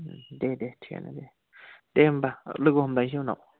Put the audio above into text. दे दे थिखआनो दे दे होमब्ला लोगो हमलायनोसै उनाव